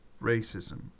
racism